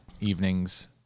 evenings